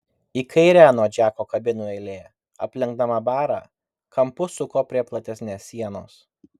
į kairę nuo džeko kabinų eilė aplenkdama barą kampu suko prie platesnės sienos